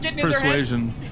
Persuasion